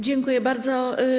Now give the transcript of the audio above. Dziękuję bardzo.